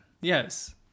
Yes